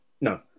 no